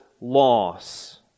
loss